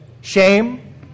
Shame